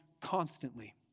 constantly